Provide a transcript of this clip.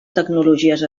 tecnologies